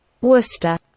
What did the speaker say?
Worcester